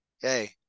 Hey